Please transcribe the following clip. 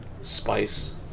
spice